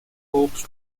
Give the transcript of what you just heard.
hopes